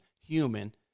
human